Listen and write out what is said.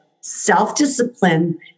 self-discipline